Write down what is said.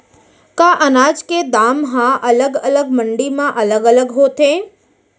का अनाज के दाम हा अलग अलग मंडी म अलग अलग होथे?